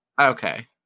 Okay